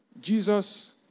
Jesus